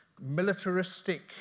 militaristic